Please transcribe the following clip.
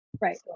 Right